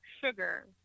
sugar